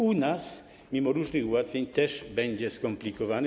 U nas, mimo różnych ułatwień, też będzie skomplikowany.